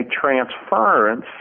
transference